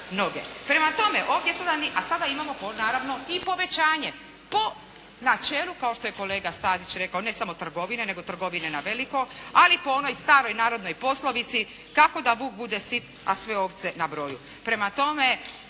noge. Prema tome ovdje sada nije a sada imamo naravno i povećanje po načelu kao što je kolega Stazić rekao ne samo trgovine nego trgovine na veliko, ali po onoj staroj narodnoj poslovici kako da vuk bude sit a sve ovce na broju. Prema tome